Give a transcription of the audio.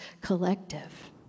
collective